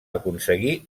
aconseguir